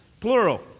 plural